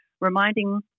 reminding